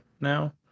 now